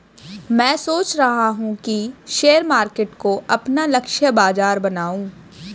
मैं सोच रहा हूँ कि शेयर मार्केट को अपना लक्ष्य बाजार बनाऊँ